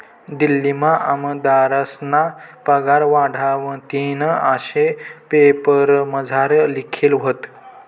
दिल्लीमा आमदारस्ना पगार वाढावतीन आशे पेपरमझार लिखेल व्हतं